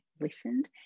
listened